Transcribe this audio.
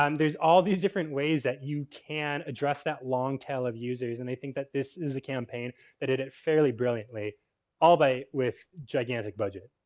um there's all these different ways that you can address that long tail of users. and i think that this is a campaign that did it fairly brilliantly all by with gigantic budget.